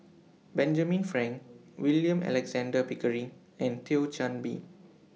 Benjamin Frank William Alexander Pickering and Thio Chan Bee